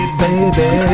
baby